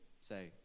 say